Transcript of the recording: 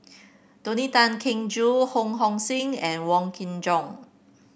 Tony Tan Keng Joo Ho Hong Sing and Wong Kin Jong